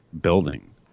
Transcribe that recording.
building